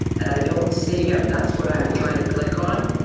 and i don't see him. that's what i'm trying to click on.